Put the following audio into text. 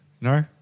no